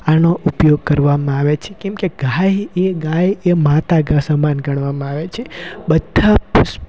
આનો ઉપયોગ કરવામાં આવે છે કેમકે ગાય એ ગાય એ માતા સમાન ગણવામાં આવે છે બધા પુ